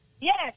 Yes